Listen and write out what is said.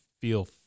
feel